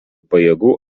pajėgų